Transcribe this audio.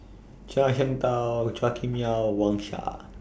Zhuang Shengtao Chua Kim Yeow Wang Sha